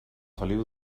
feliu